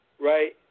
right